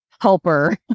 helper